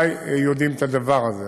יודעים את הדבר הזה.